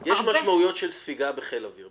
יש משמעויות של ספיגה בחיל האוויר.